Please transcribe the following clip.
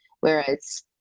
whereas